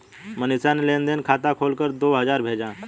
मनीषा ने लेन देन खाता खोलकर दो हजार भेजा